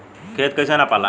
खेत कैसे नपाला?